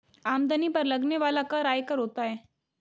आमदनी पर लगने वाला कर आयकर होता है